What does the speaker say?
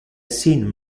sin